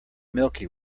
milky